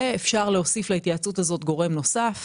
אפשר להוסיף להתייעצות הזאת גורם נוסף,